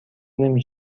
نمی